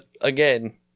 again